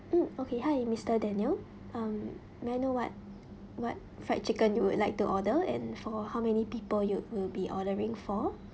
mm okay hi mister daniel um may I know what what fried chicken you would like to order and for how many people you would be ordering for